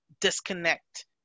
disconnect